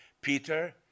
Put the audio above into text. Peter